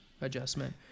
adjustment